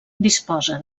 disposa